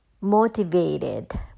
motivated